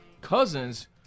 Cousins